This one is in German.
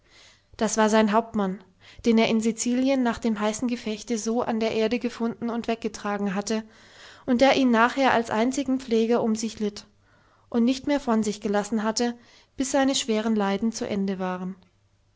das war sein hauptmann den er in sizilien nach dem heißen gefechte so an der erde gefunden und weggetragen hatte und der ihn nachher als einzigen pfleger um sich litt und nicht mehr von sich gelassen hatte bis seine schweren leiden zu ende waren